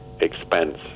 expense